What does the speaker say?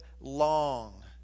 long